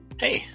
Hey